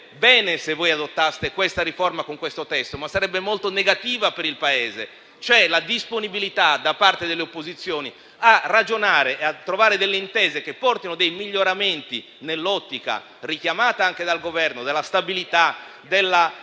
bene se voi adottaste questa riforma con questo testo, ma sarebbe molto negativa per il Paese. C'è la disponibilità da parte delle opposizioni a ragionare e a trovare delle intese che portino dei miglioramenti, nell'ottica richiamata anche dal Governo della stabilità, della